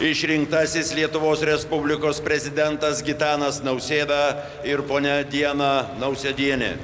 išrinktasis lietuvos respublikos prezidentas gitanas nausėda ir ponia diana nausėdienė